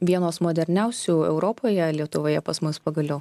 vienos moderniausių europoje lietuvoje pas mus pagaliau